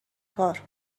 کار